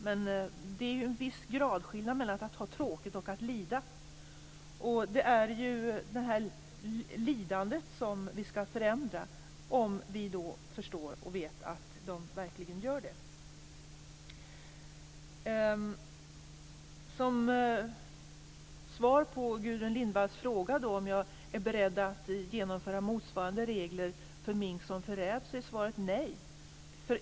Men det är en viss gradskillnad mellan att ha tråkigt och att lida. Det är ju lidandet som vi skall förändra, om vi verkligen vet och förstår att djuren lider. Svaret på Gudrun Lindvalls fråga om jag är beredd att genomföra motsvarande regler för mink som gäller för räv är nej.